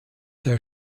der